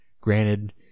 granted